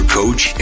coach